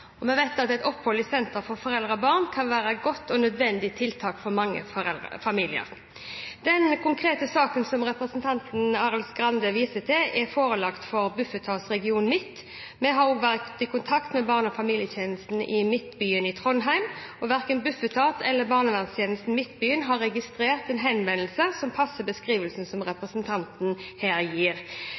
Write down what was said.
Vi vet at et opphold i senter for foreldre og barn kan være et godt og nødvendig tiltak for mange familier. Denne konkrete saken som representanten Arild Grande viser til, er forelagt Bufetats region Midt-Norge. Vi har også vært i kontakt med barne- og familietjenesten i Midtbyen i Trondheim. Verken Bufetat eller barneverntjenesten Midtbyen har registrert en henvendelse som passer beskrivelsen som representanten her gir.